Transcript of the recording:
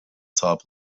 top